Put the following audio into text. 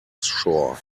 shore